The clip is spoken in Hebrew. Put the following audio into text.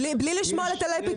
בלי לשמוע על היטלי פיתוח,